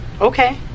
Okay